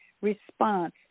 response